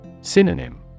Synonym